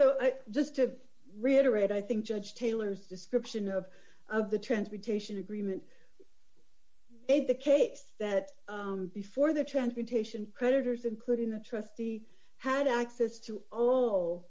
so just to reiterate i think judge taylor's description of the transportation agreement made the case that before the transportation creditors including the trustee had access to all